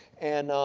and,